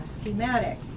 schematic